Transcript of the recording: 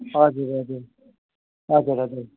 हजुर हजुर हजुर हजुर